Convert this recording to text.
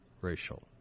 racial